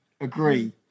agree